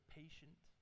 patient